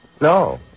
No